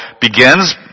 begins